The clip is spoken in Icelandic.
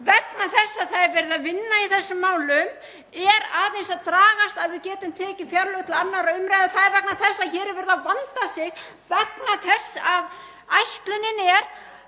Vegna þess að það er verið að vinna í þessum málum er aðeins að dragast að við getum tekið fjárlög til 2. umræðu og það er vegna þess að hér er verið að vanda sig, af því að ætlunin er